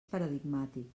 paradigmàtic